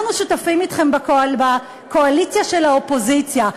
אנחנו שותפים אתכם בקואליציה של האופוזיציה,